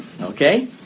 Okay